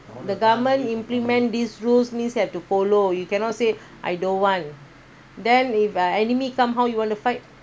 the government implement these rules means have to follow you cannot say I don't want then if uh enemy come how you want to fight